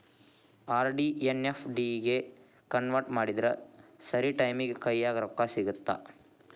RD ಎನ್ನಾ FD ಗೆ convert ಮಾಡಿದ್ರ ಸರಿ ಟೈಮಿಗಿ ಕೈಯ್ಯಾಗ ರೊಕ್ಕಾ ಸಿಗತ್ತಾ